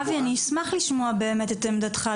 אבי לוי, אני אשמח לשמוע את עמדתך.